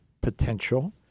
potential